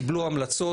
קיבלו המלצות,